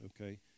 Okay